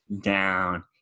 down